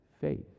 Faith